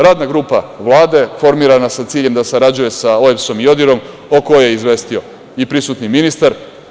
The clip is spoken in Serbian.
Radna grupa Vlade je formirana sa ciljem da sarađuje sa OEBS-om i ODIR-om, o koje je izvestio i prisutni ministar.